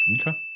Okay